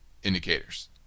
indicators